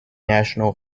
national